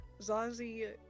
Zazie